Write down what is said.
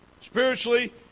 spiritually